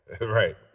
Right